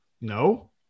No